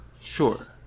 sure